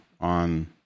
on